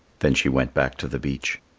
then she went back to the beach.